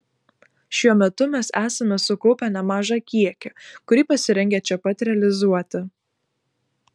šiuo metu mes esame sukaupę nemažą kiekį kurį pasirengę čia pat realizuoti